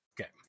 okay